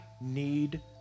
need